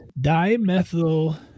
dimethyl